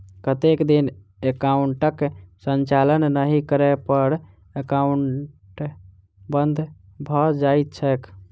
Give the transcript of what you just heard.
कतेक दिन एकाउंटक संचालन नहि करै पर एकाउन्ट बन्द भऽ जाइत छैक?